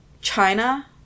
China